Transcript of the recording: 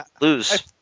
lose